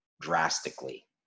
drastically